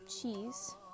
cheese